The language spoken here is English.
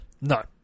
No